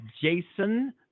Jason